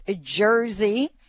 Jersey